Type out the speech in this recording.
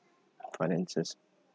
finances